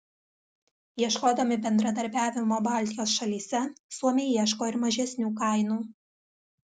ieškodami bendradarbiavimo baltijos šalyse suomiai ieško ir mažesnių kainų